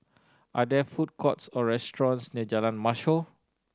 are there food courts or restaurants near Jalan Mashhor